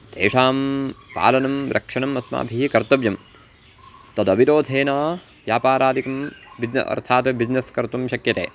तेषां पालनं रक्षणम् अस्माभिः कर्तव्यं तदविरोधेन व्यापारादिकं बिज्न अर्थात् बिज्नस् कर्तुं शक्यते